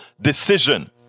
decision